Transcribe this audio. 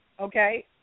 Okay